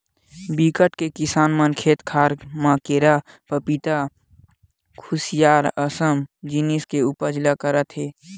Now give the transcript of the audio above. बिकट के किसान मन खेत खार म केरा, पपिता, खुसियार असन जिनिस के उपज ल करत हे